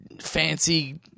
fancy